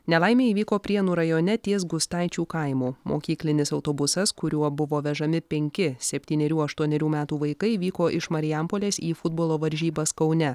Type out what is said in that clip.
nelaimė įvyko prienų rajone ties gustaičių kaimu mokyklinis autobusas kuriuo buvo vežami penki septynerių aštuonerių metų vaikai vyko iš marijampolės į futbolo varžybas kaune